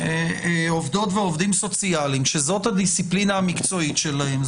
יש במדינה עובדים ועובדות סוציאליות שזו הדיסציפלינה המקצועית שלהם,